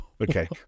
Okay